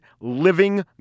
living